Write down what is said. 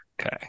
Okay